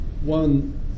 one